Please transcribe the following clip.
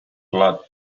clot